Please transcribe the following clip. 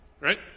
Right